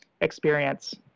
experience